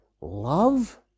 love